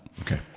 okay